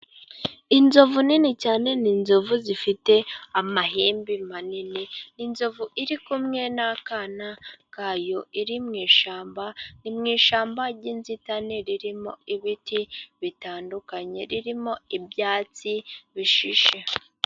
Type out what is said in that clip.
Inzovu nini cyane, ni inzovu zifite amahembe manini, inzovu iri kumwe n'akana kayo, iri mu ishyamba, ni mu ishyamba ry'inzitane ririmo ibiti bitandukanye, ririmo ibyatsi bishishe.